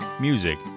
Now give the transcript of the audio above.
music